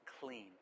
clean